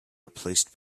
replaced